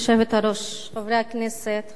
ו-7984, של חברי הכנסת חנין